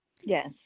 Yes